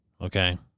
Okay